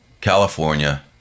California